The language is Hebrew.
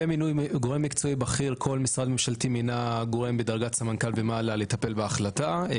לא, צריך להסתכל על התמונה המלאה, יש